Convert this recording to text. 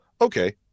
okay